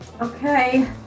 Okay